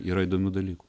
yra įdomių dalykų